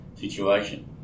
situation